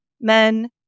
men